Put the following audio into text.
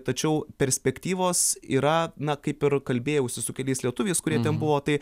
tačiau perspektyvos yra na kaip ir kalbėjausi su keliais lietuviais kurie ten buvo tai